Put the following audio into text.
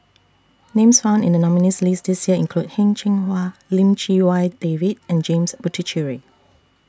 Names found in The nominees' list This Year include Heng Cheng Hwa Lim Chee Wai David and James Puthucheary